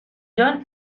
john